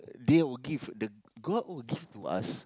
they will give the god will give to us